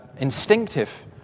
instinctive